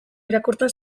irakurtzen